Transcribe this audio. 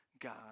God